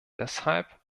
deshalb